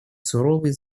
суровой